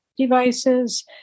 devices